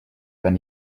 when